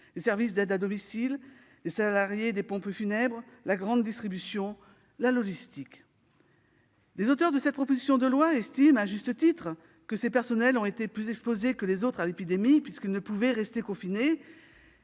les services d'aide à domicile, les salariés des pompes funèbres, la grande distribution, la logistique. Les auteurs de cette proposition de loi estiment, à juste titre, que ces personnels ont été plus exposés que les autres à l'épidémie puisqu'ils ne pouvaient rester confinés,